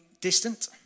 distant